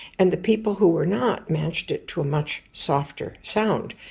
and the people who were not matched it to a much softer sound.